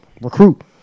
recruit